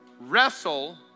wrestle